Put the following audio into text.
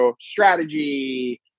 strategy